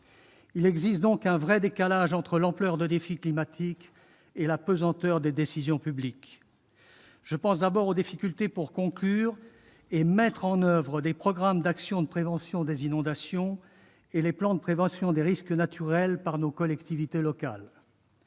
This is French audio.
Il existe donc un vrai décalage entre l'ampleur des défis climatiques et la pesanteur des décisions publiques. Je pense tout d'abord aux difficultés pour conclure et mettre en oeuvre des programmes d'actions de prévention des inondations et les plans de prévention des risques naturels, les PPRN, pour les collectivités locales.